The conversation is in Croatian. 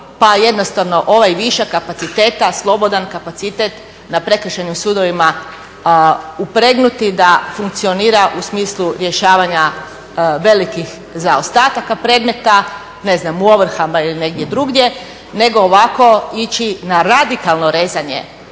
jednostavno ovaj višak kapaciteta, slobodan kapacitet na prekršajnim sudovima upregnuti da funkcioniranja u smislu rješavanja velikih zaostataka predmeta, ne znam u ovrhama ili negdje drugdje, nego ovako ići na radikalno rezanje